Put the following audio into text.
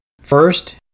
First